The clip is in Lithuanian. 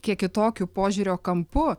kiek kitokiu požiūrio kampu